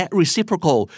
reciprocal